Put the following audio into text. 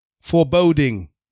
foreboding